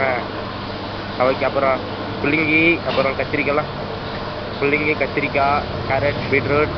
ஆ அது ஓகே அப்புறம் முள்ளங்கி அப்புறம் கத்திரிக்காலாம் முள்ளங்கி கத்திரிக்காய் கேரட் பீட்ரூட்